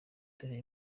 dore